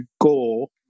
goal